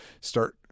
start